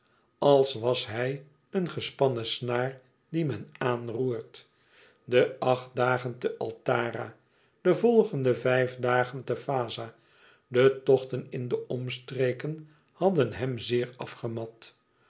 als was hij een gespannen suaar die men aanroert de acht dagen te altara de volgende vijf dagen te vaza de tochten in de omstreken hadden hem zeer afgemat